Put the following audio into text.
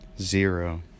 zero